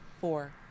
four